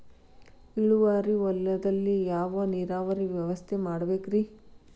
ಇಳುವಾರಿ ಹೊಲದಲ್ಲಿ ಯಾವ ನೇರಾವರಿ ವ್ಯವಸ್ಥೆ ಮಾಡಬೇಕ್ ರೇ?